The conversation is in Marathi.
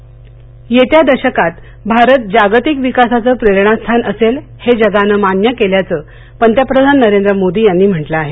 पंतप्रधान येत्या दशकात भारत जागतिक विकासाचं प्रेरणा स्थान असेल हे जगानं मान्य केल्याचं पंतप्रधान नरेंद्र मोदी यांनी म्हटलं आहे